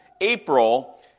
April